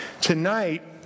Tonight